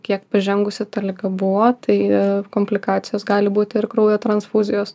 kiek pažengusi ta liga buvo tai komplikacijos gali būti ir kraujo transfuzijos